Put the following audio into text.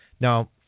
Now